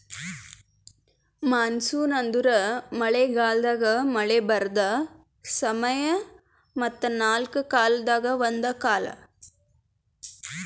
monsoon ಅಂದುರ್ ಮಳೆ ಗಾಲದಾಗ್ ಮಳೆ ಬರದ್ ಸಮಯ ಮತ್ತ ನಾಲ್ಕು ಕಾಲದಾಗ ಒಂದು ಕಾಲ